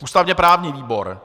ústavněprávní výbor: